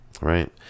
Right